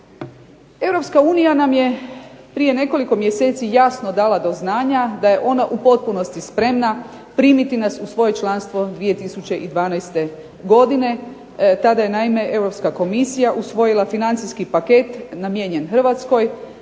nam je prije nekoliko mjeseci jasno dala do znanja da je ona u potpunosti spremna primiti nas u svoje članstvo 2012. godine. Tada je naime Europska komisija usvojila financijski paket namijenjen Hrvatskoj